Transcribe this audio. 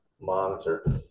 monitor